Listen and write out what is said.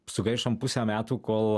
sugaišom pusę metų kol